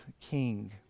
king